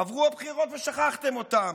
עברו הבחירות ושכחתם אותם.